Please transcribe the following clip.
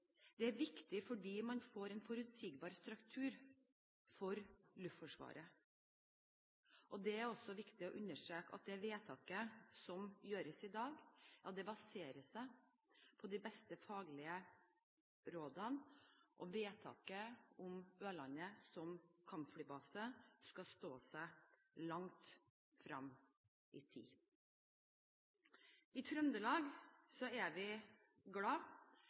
Det er viktig. Det er viktig fordi man får en forutsigbar struktur for Luftforsvaret. Det er også viktig å understreke at det vedtaket som gjøres i dag, baserer seg på de beste faglige rådene. Vedtaket om Ørland som kampflybase skal stå seg langt frem i tid. I Trøndelag er vi